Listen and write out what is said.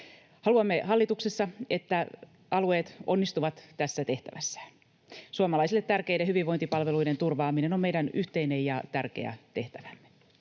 Haluamme hallituksessa, että alueet onnistuvat tässä tehtävässään. Suomalaisille tärkeiden hyvinvointipalveluiden turvaaminen on meidän yhteinen ja tärkeä tehtävämme.